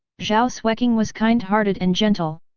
zhao xueqing was kind-hearted and gentle.